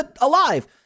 alive